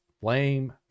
flame